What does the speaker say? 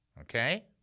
Okay